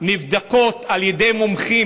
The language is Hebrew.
נבדקות על ידי מומחים?